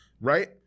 right